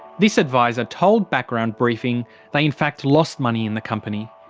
this adviser told background briefing they in fact lost money in the company.